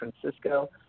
Francisco